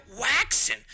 waxing